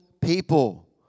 people